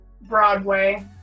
Broadway